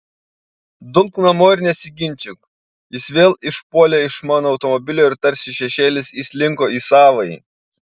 dumk namo ir nesiginčyk jis vėl išpuolė iš mano automobilio ir tarsi šešėlis įslinko į savąjį